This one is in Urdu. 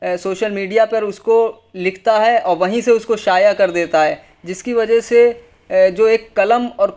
سوشل میڈیا پر اس کو لکھتا ہے اور وہیں سے اس کو شائع کر دیتا ہے جس کی وجہ سے جو ایک قلم اور